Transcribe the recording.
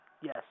yes